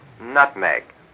nutmeg